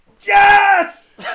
yes